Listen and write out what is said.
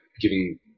giving